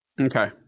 Okay